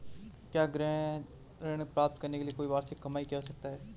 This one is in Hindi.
क्या गृह ऋण प्राप्त करने के लिए कोई वार्षिक कमाई की आवश्यकता है?